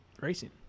Racing